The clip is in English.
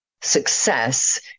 success